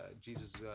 Jesus